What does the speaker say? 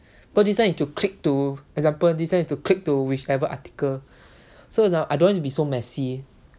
but this one is to click to example this one is to click to whichever article so it's like I don't want it to be so messy